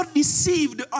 deceived